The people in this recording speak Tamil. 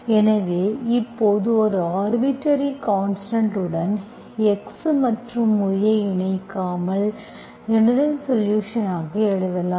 எனவே இது இப்போது ஒரு ஆர்பிட்டர்ரி கான்ஸ்டன்ட் உடன் x மற்றும் y ஐ இணைக்க்காமல் ஜெனரல்சொலுஷன்ஸ் ஆக எழுதலாம்